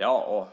Ja,